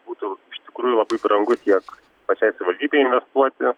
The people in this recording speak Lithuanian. būtų iš tikrųjų labai brangu tiek pačiai savivaldybei investuoti